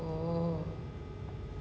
oh